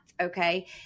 Okay